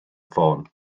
ffôn